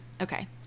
okay